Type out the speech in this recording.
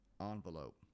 envelope